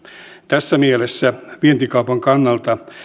tässä mielessä vientikaupan kannalta